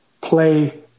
play